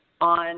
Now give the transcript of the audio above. on